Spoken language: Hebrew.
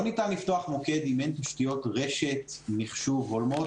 לא ניתן לפתוח מוקד אם אין תשתיות רשת מחשוב הולמות,